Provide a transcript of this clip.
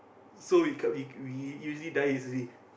so we can't we we usually die easily